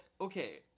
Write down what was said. Okay